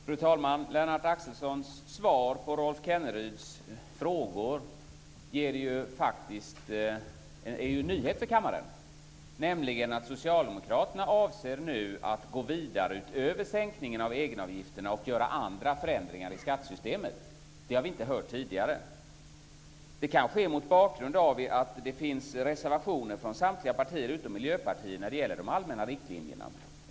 Fru talman! Lennart Axelssons svar på Rolf Kenneryds frågor är en nyhet för kammaren, nämligen att Socialdemokraterna avser nu att gå vidare utöver sänkningen av egenavgifterna och göra andra förändringar i skattesystemet. Det har vi inte hört tidigare. Det är kanske mot bakgrund av att det finns reservationer från samtliga partier utom Miljöpartiet när det gäller de allmänna riktlinjerna.